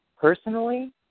Personally